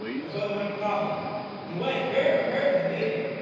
there's only one problem he went very prepared to the meeting,